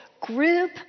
group